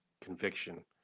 conviction